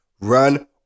Run